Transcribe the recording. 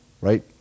right